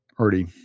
already